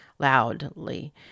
loudly